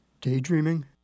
daydreaming